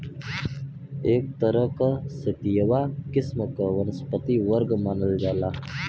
एक तरह क सेतिवा किस्म क वनस्पति वर्ग मानल जाला